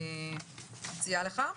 אני מציעה לך.